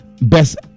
best